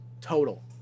total